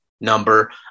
number